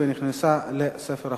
הצעת חוק